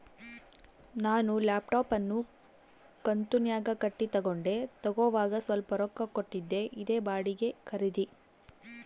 ನಾನು ಲ್ಯಾಪ್ಟಾಪ್ ಅನ್ನು ಕಂತುನ್ಯಾಗ ಕಟ್ಟಿ ತಗಂಡೆ, ತಗೋವಾಗ ಸ್ವಲ್ಪ ರೊಕ್ಕ ಕೊಟ್ಟಿದ್ದೆ, ಇದೇ ಬಾಡಿಗೆ ಖರೀದಿ